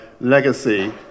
legacy